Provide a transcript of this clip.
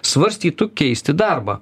svarstytų keisti darbą